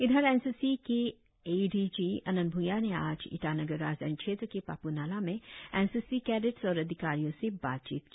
इधर N C C के A D G Anant भ्या ने आज ईटानगर राजधानी श्रेत्र के पाप् नालाह में एन सी सी कैडेट्स और अधिकारियो से बातचीत की